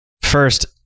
First